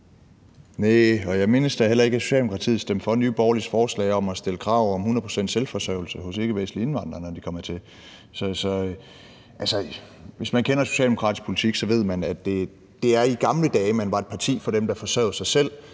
jeg mindes da heller ikke, at Socialdemokratiet stemte for Nye Borgerliges forslag om at stille krav om 100 pct. selvforsørgelse for ikkevestlige indvandrere, når de kommer hertil. Hvis man kender socialdemokratisk politik, ved man, at det var i gamle dage, hvor det var et parti for dem, der forsørgede sig selv.